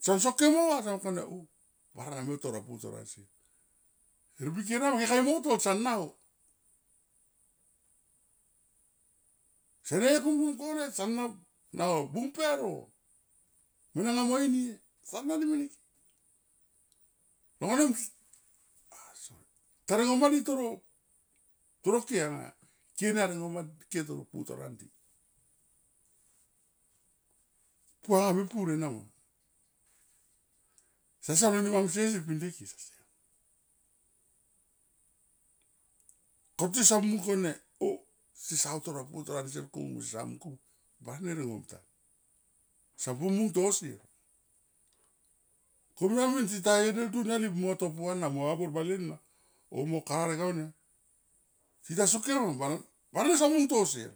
Son soke mo va so mung kone o baranga me utor va putor ansier. Iterbi kena kamoi mo tots so nau. Sene kung kung kone san na bung pero mene nga mo inie son nani mene ke long vanem ta ringomadi toro, toro ke anga ike na ringom ma ke toro putor andi. Puanga mepur ena ma so siam ne mamsie si pinde ke. Koti son mung kone o sesa utor va putor ansier komun komun, barana ringom tam. Sompu munto sier komia min tita ye deltu aunia li mo to pua na mo habor bale na o mo karavek aun ni te ta soke barang son mun to sier